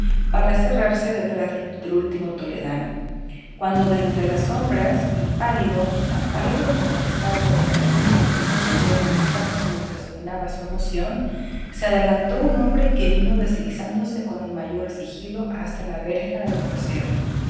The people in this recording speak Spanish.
para cerrarse detrás del último toledano cuando de entre las sombras y pálido tan pálido como la estatua de la tumba en que se apoyó un instante mientras dominaba su emoción se adelantó un hombre que vino deslizándose con el mayor sigilo hasta la verja del crucero